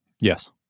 Yes